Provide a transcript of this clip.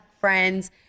friends